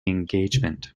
engagement